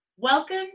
Welcome